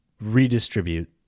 redistribute